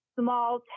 small